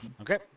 Okay